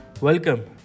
welcome